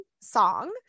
song